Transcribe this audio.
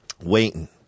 Waiting